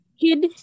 kid